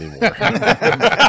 anymore